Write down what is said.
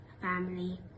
family